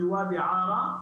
של ודאי ערה,